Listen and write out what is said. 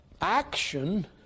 action